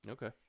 Okay